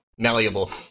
malleable